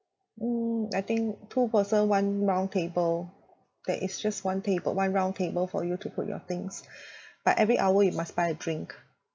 mm I think two person one round table there is just one table one round table for you to put your things but every hour you must buy a drink